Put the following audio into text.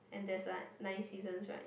and there's like nine seasons right